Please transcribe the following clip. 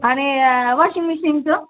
आणि वॉशिंग मशीनचं